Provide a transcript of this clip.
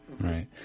Right